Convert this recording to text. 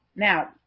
Now